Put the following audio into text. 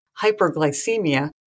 hyperglycemia